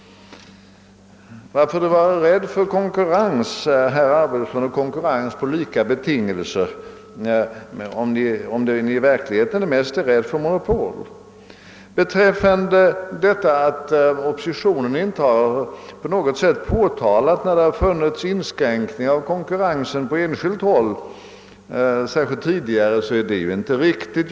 Varför vara rädd för konkurrens på lika betingelser, frågade herr Arvidson, om det ni i verkligheten är mest rädda för är monopol? Påståendet att oppositionen inte på något sätt skulle ha påtalat inskränkningar i konkurrens på enskilt håll, särskilt tidigare, är ju inte riktigt.